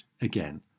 again